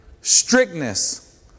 strictness